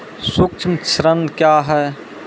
सुक्ष्म ऋण क्या हैं?